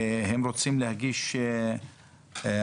הם רוצים להגיש ערר,